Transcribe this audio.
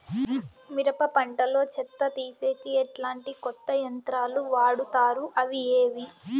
మిరప పంట లో చెత్త తీసేకి ఎట్లాంటి కొత్త యంత్రాలు వాడుతారు అవి ఏవి?